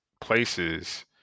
places